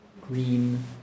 Green